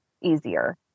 easier